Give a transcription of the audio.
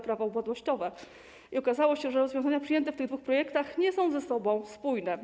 Prawo upadłościowe i okazało się, że rozwiązania przyjęte w tych dwóch projektach nie są ze sobą spójne.